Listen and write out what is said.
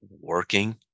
working